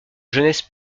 jeunesse